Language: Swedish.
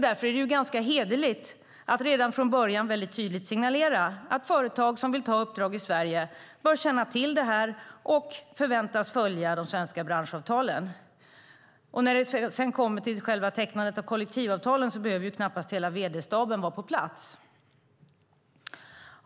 Därför är det ganska hederligt att redan från början tydligt signalera att företag som vill ta uppdrag i Sverige bör känna till det här och förväntas följa de svenska branschavtalen. När det sedan gäller själva tecknandet av kollektivavtalen behöver knappast hela vd-staben vara på plats.